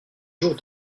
jours